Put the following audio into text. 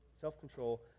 self-control